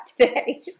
today